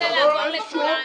ביטן רוצה לעזור לכולנו...